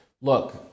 look